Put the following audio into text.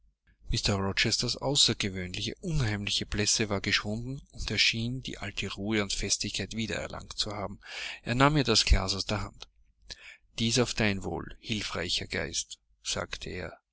mr rochesters außergewöhnliche unheimliche blässe war geschwunden und er schien die alte ruhe und festigkeit wieder erlangt zu haben er nahm mir das glas aus der hand dies auf dein wohl hilfreicher geist sagte er